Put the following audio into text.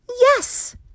Yes